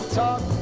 talk